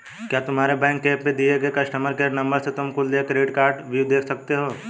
क्या तुम्हारे बैंक के एप पर दिए गए कस्टमर केयर नंबर से तुम कुल देय क्रेडिट कार्डव्यू देख सकते हो?